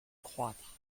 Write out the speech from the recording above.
croître